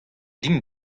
din